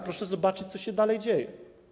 Proszę zobaczyć, co się dalej dzieje.